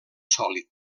sòlid